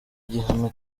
gihano